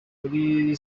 muri